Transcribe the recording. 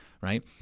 right